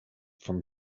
from